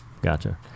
gotcha